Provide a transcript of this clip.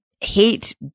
hate